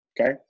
Okay